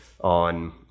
on